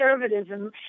conservatism